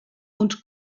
und